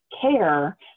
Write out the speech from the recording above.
care